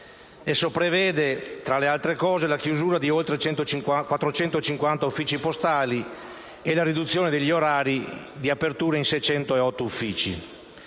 Esso prevede, tra le altre, la chiusura di oltre 450 uffici postali e la riduzione degli orari di apertura in 608 uffici.